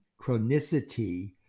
chronicity